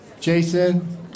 Jason